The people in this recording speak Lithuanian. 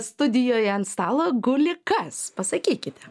studijoje ant stalo guli kas pasakykite